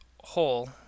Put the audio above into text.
hole